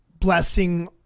blessing